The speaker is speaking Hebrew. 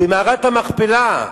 במערת המכפלה,